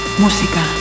música